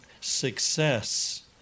Success